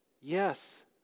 yes